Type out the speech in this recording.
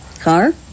car